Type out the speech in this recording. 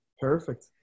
Perfect